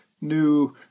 new